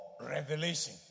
revelation